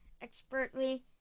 expertly